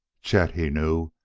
chet, he knew,